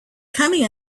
coming